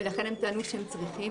ולכן הם טענו שהם צריכים.